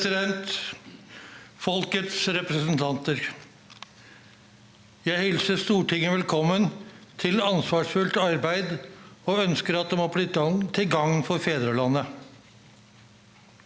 Folkets representanter. Jeg hilser Stortinget velkommen til ansvarsfullt arbeid og ønsker at det må bli til gagn for fedrelandet.